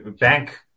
bank